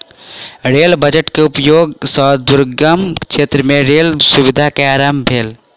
rail budget के उपयोग सॅ दुर्गम क्षेत्र मे रेल सुविधा के आरम्भ भेल